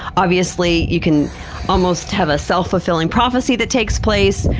obviously you can almost have a self-fulfilling prophecy that takes place.